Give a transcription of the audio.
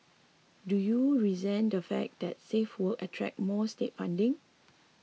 do you resent the fact that safe works attract more state funding